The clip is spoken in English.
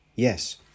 Yes